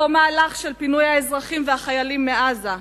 אותו מהלך של פינוי האזרחים והחיילים מעזה,